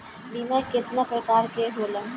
बीमा केतना प्रकार के होला?